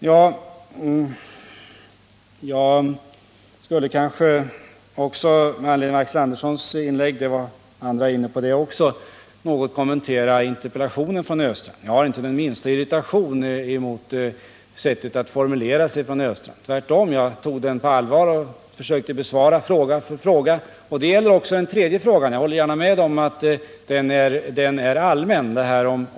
Jag skulle med anledning av Axel Anderssons inlägg - även andra var inne på det — något vilja kommentera interpellationen från Olle Östrand. Jag är inte det minsta irriterad över Olle Östrands sätt att formulera sig. Tvärtom tog jag argumenten på allvar och försökte besvara alla frågor. Det gäller också den tredje frågan, om sysselsättningen på kort och lång sikt i Gävleborgs län.